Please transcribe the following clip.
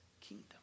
kingdom